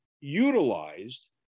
utilized